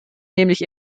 nämlich